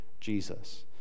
Jesus